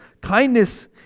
kindness